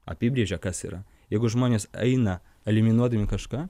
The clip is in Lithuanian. apibrėžė kas yra jeigu žmonės eina eliminuodami kažką